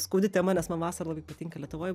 skaudi tema nes man vasara labai patinka lietuvoj